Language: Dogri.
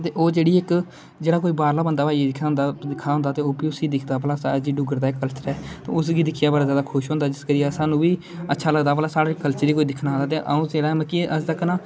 दे ओह् जहड़ी इक जेहड़ा कोई बाहरला बंदा दिक्खा दा होंदा ते ओह् बी उसी दिक्खदा भला अज्ज डुगगर दा जेहड़ा उसगी दिक्खी ज्यादा कुछ होंदा जेहड़ा स्हानू बी अच्छा लगदा भला साढ़े कल्चर गी कोई दिक्खन आदा ते अऊं मतलब कि अज्ज तक ना